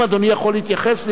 אם אדוני יכול להתייחס לזה.